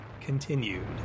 continued